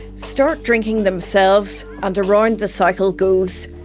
start drinking themselves, and around the cycle goes.